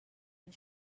and